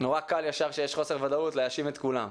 נורא קל, ישר, כשיש חוסר ודאות, להאשים את כולם.